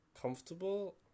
comfortable